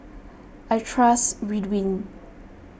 I trust Ridwind